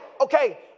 okay